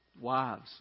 Wives